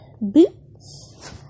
boots